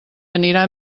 anirà